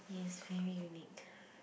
yes very unique